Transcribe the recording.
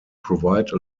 provide